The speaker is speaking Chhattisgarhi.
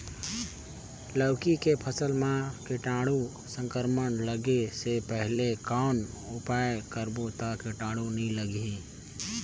लौकी के फसल मां कीटाणु संक्रमण लगे से पहले कौन उपाय करबो ता कीटाणु नी लगही?